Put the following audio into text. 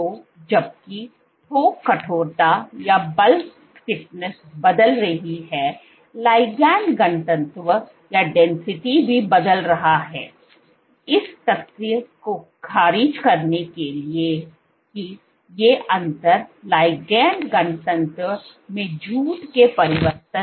तो जबकि थोक कठोरता बदल रही है लिगेंड घनत्व भी बदल रहा है इस तथ्य को खारिज करने के लिए कि ये अंतर लिगैंड घनत्व में झूठ के परिवर्तनों का परिणाम हैं